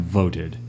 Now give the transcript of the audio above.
voted